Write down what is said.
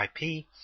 IP